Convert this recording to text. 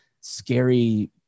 scary